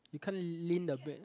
you can't lean the bed